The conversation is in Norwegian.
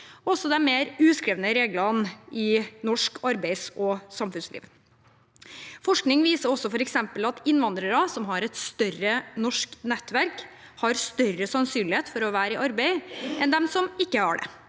også de mer uskrevne reglene i norsk arbeids- og samfunnsliv. Forskning viser f.eks. at innvandrere som har et større norsk nettverk, har større sannsynlighet for å være i arbeid enn de som ikke har det.